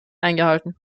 eingehalten